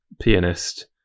pianist